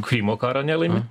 krymo karo nelaimi